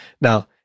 Now